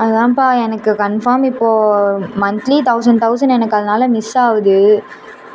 அதுதான்பா எனக்கு கன்ஃபார்ம் இப்போது monthly thousand thousand எனக்கு அதனால மிஸ் ஆகுது